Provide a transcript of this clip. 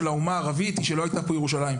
האומה הערבית היא שלא הייתה פה ירושלים.